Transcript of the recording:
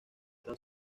tan